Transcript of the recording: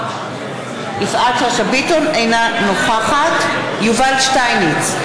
אינה נוכחת יובל שטייניץ,